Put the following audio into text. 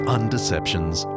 Undeceptions